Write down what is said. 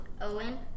Owen